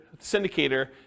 syndicator